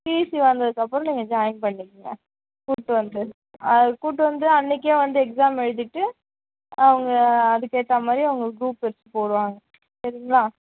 TC வாங்குனதுக்கு அப்புறோம் நீங்கள் ஜாயின் பண்ணிக்கோங்க கூப்பிடு வந்து ஆ கூப்பிடு வந்து அன்னக்கே வந்து எக்ஸாம் எழுதிவிட்டு அவங்க அதுக்கு ஏற்ற மாதிரி அவங்க குரூப் எடுத்து போடுவாங்க சரிங்களா